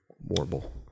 Warble